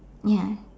ya